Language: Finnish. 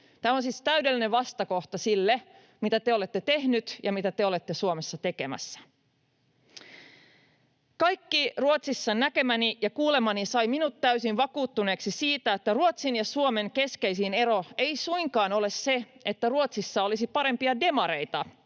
Tämä on siis täydellinen vastakohta sille, mitä te olette tehneet ja mitä te olette Suomessa tekemässä. Kaikki Ruotsissa näkemäni ja kuulemani sai minut täysin vakuuttuneeksi siitä, että Ruotsin ja Suomen keskeisin ero ei suinkaan ole se, että Ruotsissa olisi parempia demareita,